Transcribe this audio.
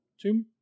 Two